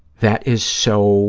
that is so